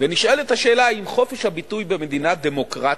ונשאלת השאלה אם חופש הביטוי במדינה דמוקרטית,